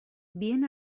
bien